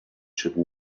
should